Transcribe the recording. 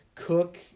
Cook